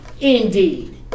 Indeed